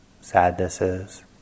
sadnesses